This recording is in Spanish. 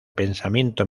pensamiento